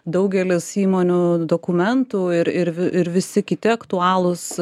daugelis įmonių dokumentų ir ir ir visi kiti aktualūs